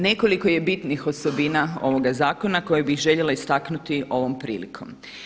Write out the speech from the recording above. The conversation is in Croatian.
Nekoliko je bitnih osobina ovoga zakona koje bih željela istaknuti ovom prilikom.